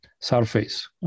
surface